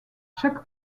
chaque